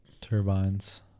turbines